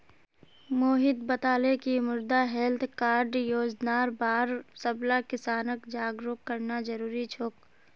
मोहित बताले कि मृदा हैल्थ कार्ड योजनार बार सबला किसानक जागरूक करना जरूरी छोक